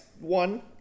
one